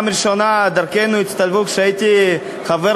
דרכינו הצטלבו בפעם הראשונה כשהייתי חבר